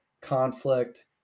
conflict